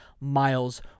Miles